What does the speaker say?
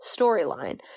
storyline